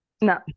No